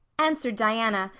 answered diana,